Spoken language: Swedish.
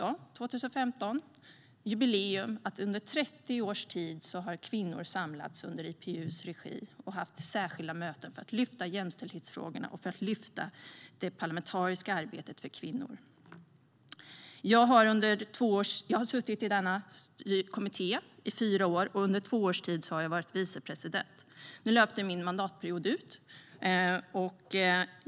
År 2015 firade vi jubileet att kvinnor under 30 års tid har samlats under IPU:s regi och haft särskilda möten för att lyfta jämställdhetsfrågorna och för att lyfta det parlamentariska arbetet för kvinnor. Jag har suttit i denna kommitté i fyra år, under två års tid som vicepresident. Nu löpte min mandatperiod ut.